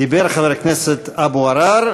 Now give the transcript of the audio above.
סליחה, דיבר חבר הכנסת אבו עראר.